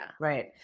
Right